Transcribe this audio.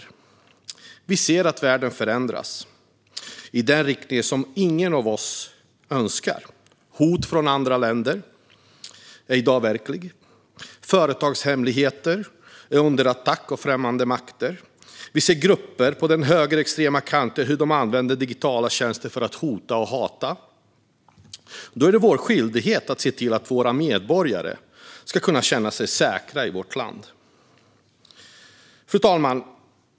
Vi ser att världen förändras i en riktning som ingen av oss önskar. Hot från andra länder är i dag verkliga. Företagshemligheter är under attack av främmande makt. Vi ser hur grupper på den högerextrema kanten använder digitala tjänster för att hota och hata. Då är det vår skyldighet att se till att våra medborgare kan känna sig säkra i vårt land. Fru talman!